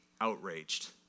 outraged